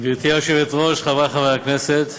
גברתי היושבת-ראש, חברי חברי הכנסת,